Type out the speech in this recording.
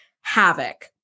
havoc